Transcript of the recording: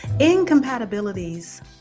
Incompatibilities